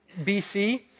BC